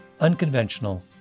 unconventional